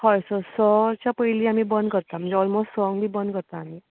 हय स सच्या पयलीं आमी बंद करता सो ओलमोस्ट संक बंद करतात आमी